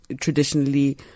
traditionally